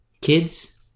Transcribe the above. Kids